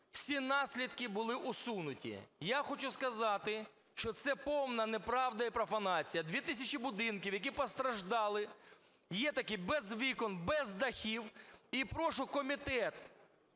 всі наслідки були усунуті. Я хочу сказати, що це повна неправда і профанація. Дві тисячі будинків, які постраждали, є такі, без вікон, і без дахів. І прошу комітет,